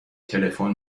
تلفن